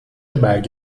برگ